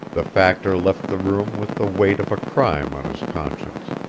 the factor left the room with the weight of a crime on his conscience.